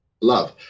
love